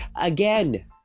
again